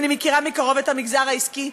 אני מכירה מקרוב את המגזר העסקי,